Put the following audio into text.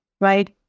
right